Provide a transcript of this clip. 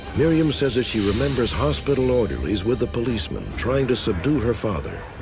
miriam says that she remembers hospital orderlies with the policeman trying to subdue her father.